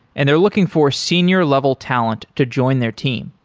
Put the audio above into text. and they're looking for senior level talent to join their team.